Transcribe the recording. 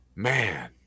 man